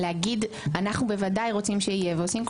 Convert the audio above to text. אנחנו בוודאי רוצים שיהיה ועושים כל